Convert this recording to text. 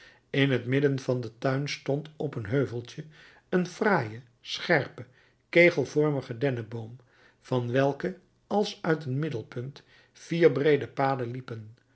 in het midden van den tuin stond op een heuveltje een fraaie scherpe kegelvormige denneboom van welken als uit een middelpunt vier breede paden liepen